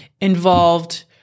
involved